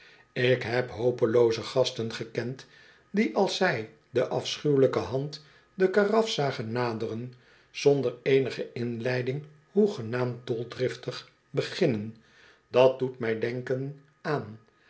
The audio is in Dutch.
ik heb hopelooze gasten gekend die als zij de afschuwelijke hand de karaf zagen naderen zonder eenige inleiding hoegenaamd doldriftig beginnen dat doet mij denken aan